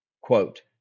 quote